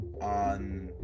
on